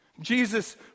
Jesus